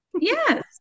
Yes